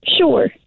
Sure